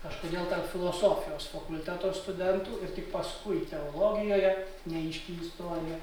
kažkodėl tarp filosofijos fakulteto studentų ir tik paskui teologijoje neaiški istorija